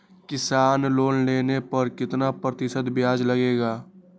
किसान लोन लेने पर कितना प्रतिशत ब्याज लगेगा?